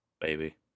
Baby